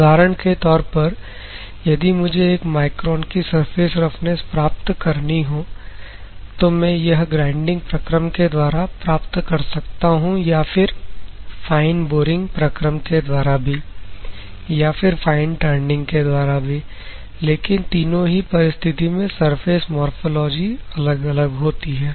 उदाहरण के तौर पर यदि मुझे एक माइक्रोन की सर्फेस रफनेस प्राप्त करनी है तो मैं यह ग्राइंडिंग प्रक्रम के द्वारा प्राप्त कर सकता हूं या फिर फाइन बोरिंग प्रक्रम के द्वारा भी या फिर फाइन टर्निंग के द्वारा भी लेकिन तीनों ही परिस्थिति में सरफेस मोरफ़ोलॉजी अलग अलग होती है